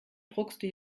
druckste